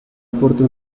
aporta